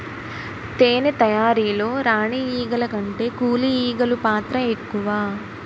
తేనె తయారీలో రాణి ఈగల కంటే కూలి ఈగలు పాత్ర ఎక్కువ